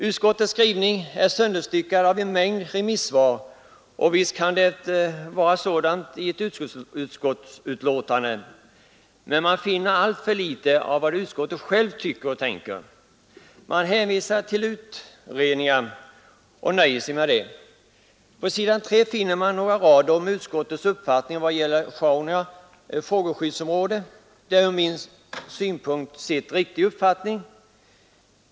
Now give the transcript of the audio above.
Utskottsskrivningen är sönderstyckad av redogörelser för en mängd remissvar — och visst kan ett utskottsbetänkande innehålla sådant, men man finner alltför litet av vad utskottets ledamöter själva tycker och tänker. Utskottet hänvisar till utredningar och nöjer sig med det. På s.3 finner man några rader som visar utskottets uppfattning beträffande Sjaunja fågelskyddsområde. Det är en ur min synpunkt riktig uppfattning.